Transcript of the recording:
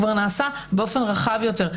כבר נעשה באופן רחב יותר.